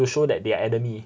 to show that they are enemy